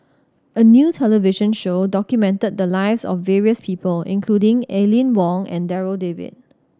a new television show documented the lives of various people including Aline Wong and Darryl David